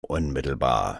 unmittelbar